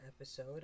episode